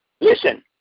listen